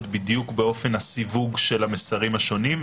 בדיוק באופן הסיווג של המסרים השונים,